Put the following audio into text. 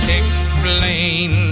explain